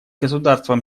государствам